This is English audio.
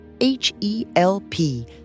H-E-L-P